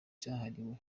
cyahariwe